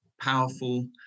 powerful